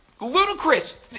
ludicrous